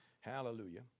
Hallelujah